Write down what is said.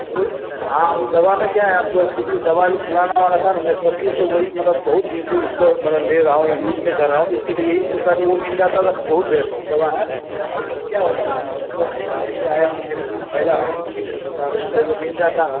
वो हाँ वो दवा में क्या है आपके कि दवा जो पुराना वाला था ना मैं सदियों से वही मतलब बहुत दिन से इसको मतलब ले रहा हूँ यूज़ में कर रहा हूँ इसी लिए यही सोचा कि वो मिल जाता ना बहुत बेहतरीन दवा है आ उस में क्या होता हैना अपन तो सब दिन से लेते आया हूँ तो मेरे लिए फ़ायदा है क्योंकि मैं सोचा उसको तो मिल जाता